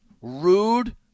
rude